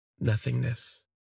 Nothingness